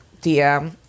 DM